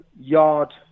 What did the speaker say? Yard